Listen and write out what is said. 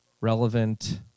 relevant